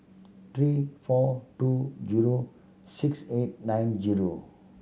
three four two zero six eight nine zero